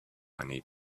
need